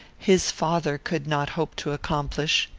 his father could not hope to accomplish.